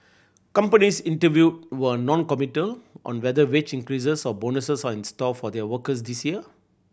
companies interviewed were noncommittal on whether wage increases or bonuses are in store for their workers this year